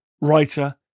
writer